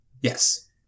Yes